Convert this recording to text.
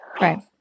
Right